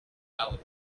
belly